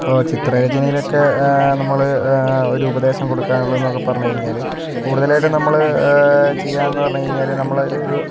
ഇപ്പോൾ ചിത്രരചനയിലൊക്കെ നമ്മൾ ഒരു ഉപദേശം കൊടുക്കാനുള്ളതെന്നൊക്കെ പറഞ്ഞു കഴിഞ്ഞാൽ കൂടുതലായിട്ട് നമ്മൾ ചെയ്യാമെന്ന് പറഞ്ഞു കഴിഞ്ഞാൽ നമ്മൾ ഒരു